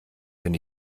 wenn